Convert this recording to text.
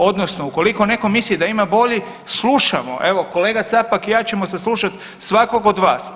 Odnosno ukoliko netko misli da ima bolji, slušamo, evo kolega Capak i ja ćemo saslušat svakog od vas.